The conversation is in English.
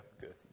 Good